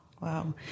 Wow